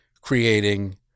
creating